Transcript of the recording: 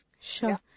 Sure